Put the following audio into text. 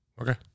Okay